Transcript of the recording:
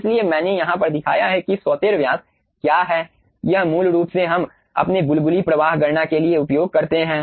इसलिए मैंने यहाँ पर दिखाया है कि सौतेर व्यास क्या है यह मूल रूप से हम अपने बुलबुली प्रवाह गणना के लिए उपयोग करते हैं